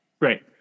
Right